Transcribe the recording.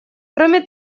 кроме